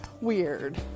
weird